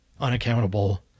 Unaccountable